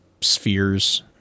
spheres